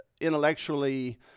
intellectually